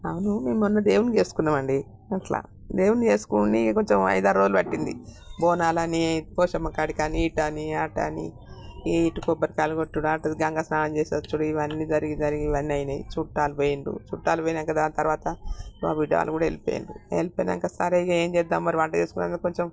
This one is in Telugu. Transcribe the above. అవును మేమ్మొన్న దేవుణ్ణి చేసుకున్నామండి అలా దేవుణ్ణి చేసుకుని కొంచెం ఐదారు రోజులు పట్టింది బోనాలని పోషమ్మ కాడికని ఈట అని ఆట అని ఈ ఇటు కొబ్బరికాయలు కోట్టుడు గంగ స్నానం చేసి వొచ్చుడు ఇవన్నీ జరిగిజరిగి ఇవన్నీఅయినాయి చుట్టాలు పోయిండ్రు చుట్టాలు పోయాక దాని తర్వాత మా బిడ్డ వాళ్ళు కూడా వెళ్ళిపోయిండ్రు వెళ్ళిపోయాక సరే ఏం చేద్దాం మరి వంట చేసుకున్నక కొంచెం